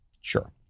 sure